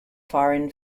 foreign